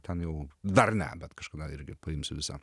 ten jau dar ne bet kažkada irgi paimsiu visą